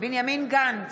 בנימין גנץ,